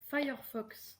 firefox